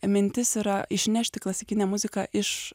mintis yra išnešti klasikinę muziką iš